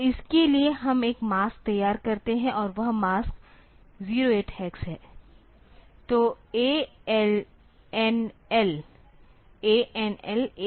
तो इसके लिए हम एक मास्क तैयार करते हैं और वह मास्क 08 हेक्स है